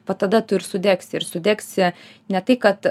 va tada tu ir sudegsi ir sudegsi ne tai kad